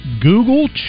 Google